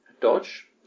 Dodge